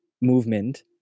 movement